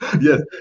Yes